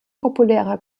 populärer